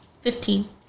Fifteen